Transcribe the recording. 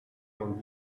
vingt